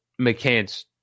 McCants